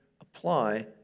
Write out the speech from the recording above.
apply